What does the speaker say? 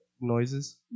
noises